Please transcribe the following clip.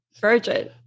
Virgin